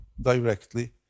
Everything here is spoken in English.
directly